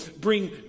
bring